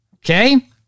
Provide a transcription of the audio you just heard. Okay